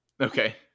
Okay